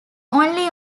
only